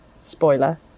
Spoiler